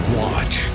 watch